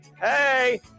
Hey